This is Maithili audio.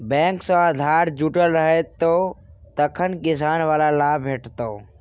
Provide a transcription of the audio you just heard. बैंक सँ आधार जुटल रहितौ तखने किसानी बला लाभ भेटितौ